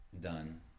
done